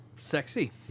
Sexy